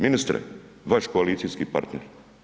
Ministre, vaš koalicijski partner.